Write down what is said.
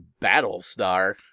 Battlestar